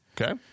Okay